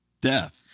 death